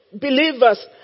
believers